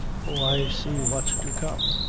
oh, i see what's to come!